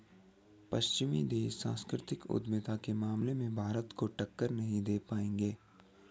पश्चिमी देश सांस्कृतिक उद्यमिता के मामले में भारत को टक्कर नहीं दे पाएंगे